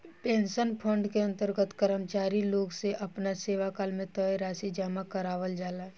pension fund के अंतर्गत कर्मचारी लोग से आपना सेवाकाल में तय राशि जामा करावल जाला